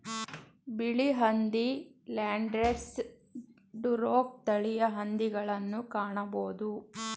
ಬಿಳಿ ಹಂದಿ, Landrace, Duroc ತಳಿಯ ಹಂದಿಗಳನ್ನು ಕಾಣಬೋದು